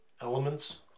elements